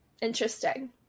Interesting